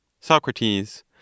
Socrates